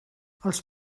els